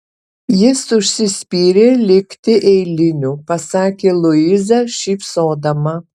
jis užsispyrė likti eiliniu pasakė luiza šypsodama